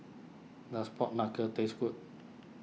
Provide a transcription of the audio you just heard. does Pork Knuckle taste good